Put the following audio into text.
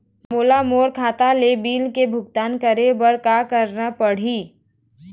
मोला मोर खाता ले बिल के भुगतान करे बर का करेले पड़ही ही?